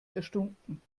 erstunken